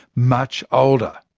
much older.